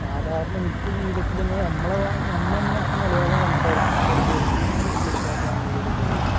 സാധാരണ നിത്യ ജീവിതത്തിൽ തന്നെ നമ്മളെ നമ്മൾ തന്നെ ഇപ്പം മലയാളം സംസാരിക്കുന്നതിൻ്റെ ഇടയിൽ ഒരുപാട് ഇംഗ്ളീഷ് വാക്ക് നമ്മുടേതിൽ കയറി വരുന്നുണ്ട്